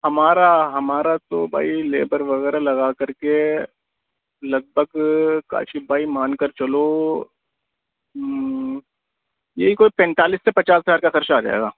ہمارا ہمارا تو بھائی لیبر وغیرہ لگا کر کے لگ بھگ کاشف بھائی مان کر چلو یہی کوئی پینتالیس سے پچاس ہزار کا خرچہ آ جائے گا